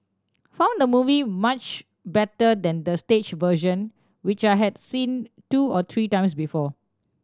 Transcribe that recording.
found the movie much better than the stage version which I had seen two or three times before